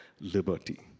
liberty